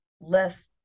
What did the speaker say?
less